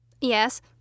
Yes